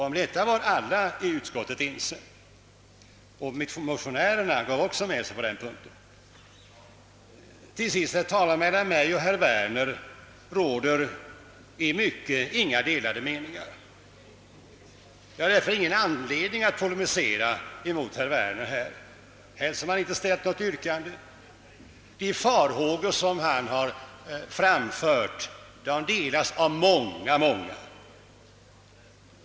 Om detta var alla i utskottet ense, och motionärerna gav också med sig på denna punkt. Till sist vill jag framhålla, herr talman, att mellan mig och herr Werner råder i mycket inga delade meningar. Jag saknar därför anledning att polemisera mot herr Werner, helst som han inte ställt något yrkande. De farhågor som herr Werner givit uttryck åt delas av många.